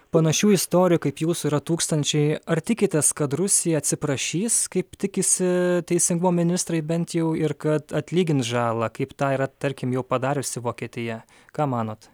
panašių istorijų kaip jūsų yra tūkstančiai ar tikitės kad rusija atsiprašys kaip tikisi teisingumo ministrai bent jau ir kad atlygins žalą kaip tą yra tarkim jau padariusi vokietija ką manot